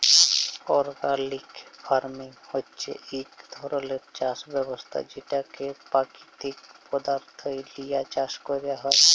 organic farming হছে ইক ধরলের চাষ ব্যবস্থা যেটতে পাকিতিক পদাথ্থ লিঁয়ে চাষ ক্যরা হ্যয়